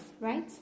right